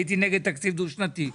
הייתי נגד תקציב דו שנתי.